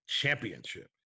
championship